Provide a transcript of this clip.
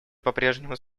попрежнему